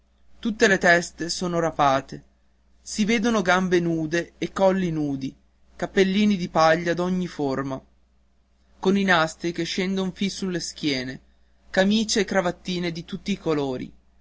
tutte le teste sono rapate si vedono gambe nude e colli nudi cappellini di paglia d'ogni forma con dei nastri che scendon fin sulle schiene camicie e cravattine di tutti i colori